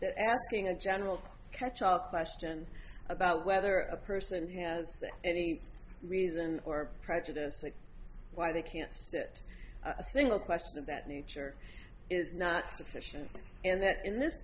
that asking a general catchall question about whether a person has a reason or prejudice and why they can't sit a single question of that nature is not sufficient and that in this